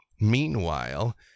meanwhile